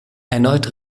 erneut